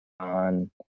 on